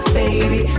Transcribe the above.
baby